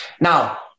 Now